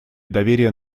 доверия